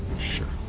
sure.